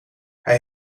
hij